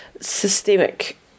systemic